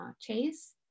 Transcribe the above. Chase